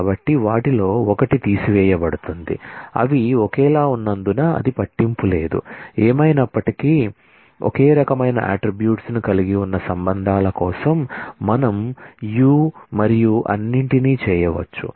కాబట్టి వాటిలో ఒకటి తీసివేయబడుతుంది అవి ఒకేలా ఉన్నందున అది పట్టింపు లేదు ఏమైనప్పటికీ కాబట్టి ఒకే రకమైన అట్ట్రిబ్యూట్స్ ను కలిగి ఉన్న రిలేషన్ల కోసం మనం Ս మరియు అన్నింటినీ చేయవచ్చు